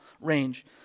range